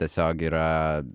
tiesiog yra